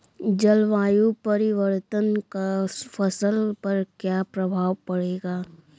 जलवायु परिवर्तन का फसल पर क्या प्रभाव पड़ेगा?